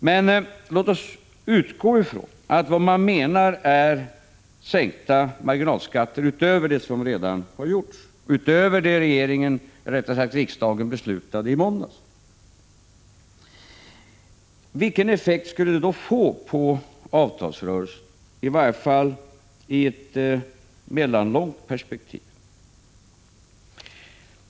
Men låt oss utgå från att det man menar är marginalskattesänkningar utöver dem som regeringen, eller rättare sagt riksdagen, beslutade i måndags. Vilken effekt skulle det då få på avtalsrörelsen, i varje fall i ett mellanlångt perspektiv?